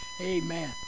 Amen